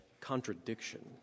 contradiction